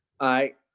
i.